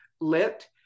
lit